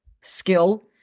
skill